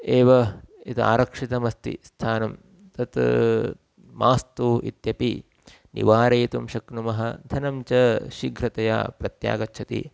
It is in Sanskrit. एव यत् आरक्षितमस्ति स्थानं तत् मास्तु इत्यपि निवारयितुं शक्नुमः धनं च शीघ्रतया प्रत्यागच्छति